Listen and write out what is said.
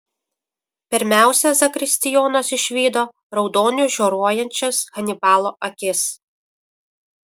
pirmiausia zakristijonas išvydo raudoniu žioruojančias hanibalo akis